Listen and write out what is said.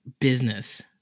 business